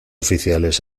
oficiales